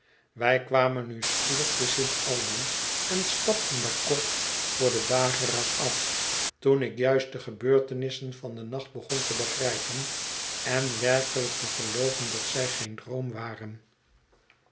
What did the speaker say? wij kwamen nu spoedig te st albans en stapten daar kort voor den dageraad af toen ik juist de gebeurtenissen van den nacht begon te begrijpen en werkelijk te gelooven dat zij geen droom waren